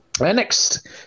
Next